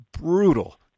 brutal